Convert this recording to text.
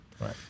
Right